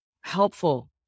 helpful